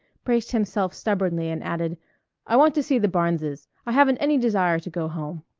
braced himself stubbornly, and added i want to see the barneses. i haven't any desire to go home.